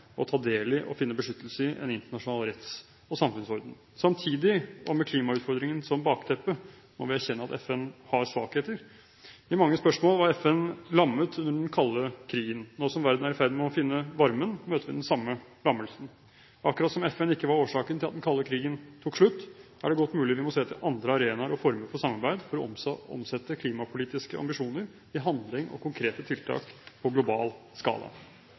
ta del i – og finne beskyttelse i – en internasjonal retts- og samfunnsorden. Samtidig, og med klimautfordringen som bakteppe, må vi erkjenne at FN har svakheter. I mange spørsmål var FN lammet under den kalde krigen. Nå som verden er i ferd med å finne varmen, møter vi den samme lammelsen. Akkurat som FN ikke var årsaken til at den kalde krigen tok slutt, er det godt mulig vi må se til andre arenaer og former for samarbeid for å omsette klimapolitiske ambisjoner i handling og konkrete tiltak på global skala.